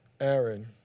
Aaron